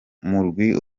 murwi